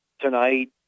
tonight